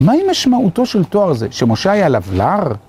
‫מהי משמעותו של תואר זה? ‫שמשה היה לבלר?